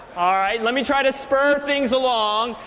ah right. let me try to spur things along.